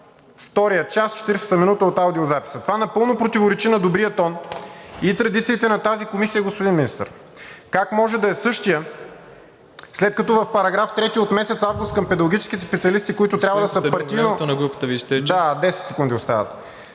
втория час, 40-ата минута от аудиозаписа. Това напълно противоречи на добрия тон и традициите на тази комисия, господин Министър. Как може да е същият, след като в § 3 от месец август към педагогическите специалисти, които трябва да са партийно… ПРЕДСЕДАТЕЛ МИРОСЛАВ